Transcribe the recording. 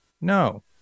No